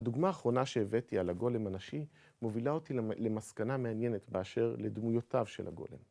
הדוגמה האחרונה שהבאתי על הגולם הנשי מובילה אותי למסקנה מעניינת באשר לדמויותיו של הגולם.